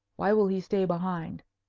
why will he stay behind?